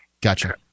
Gotcha